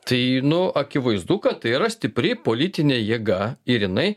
tai nu akivaizdu kad tai yra stipri politinė jėga ir jinai